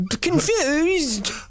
confused